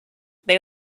they